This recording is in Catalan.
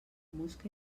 mosca